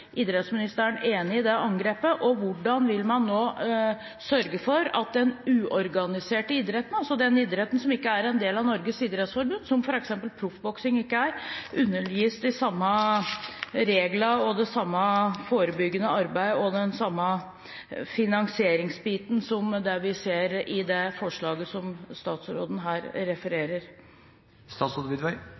idrettsministeren: Er idrettsministeren enig i det angrepet, og hvordan vil man nå sørge for at den uorganiserte idretten, altså den idretten som ikke er en del av Norges idrettsforbund, som f.eks. proffboksing ikke er, undergis de samme regler og det samme forebyggende arbeid og den samme finansieringsbiten som det vi ser i det forslaget som statsråden her